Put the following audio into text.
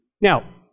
Now